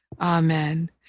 Amen